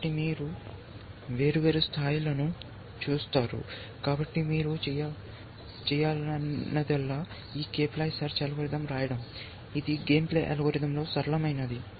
కాబట్టి మీరు వేర్వేరు స్థాయిలను చూస్తారు కాబట్టి మీరు చేయాల్సిందల్లా ఈ k ప్లే సెర్చ్ అల్గోరిథం రాయడం ఇది గేమ్ ప్లే అల్గోరిథంలలో సరళమైనది